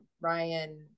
ryan